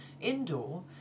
indoor